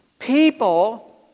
people